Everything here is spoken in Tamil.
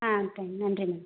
ஆ த நன்றி மேடம்